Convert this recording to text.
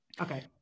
Okay